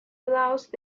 allows